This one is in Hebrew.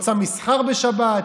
רוצה מסחר בשבת.